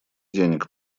денег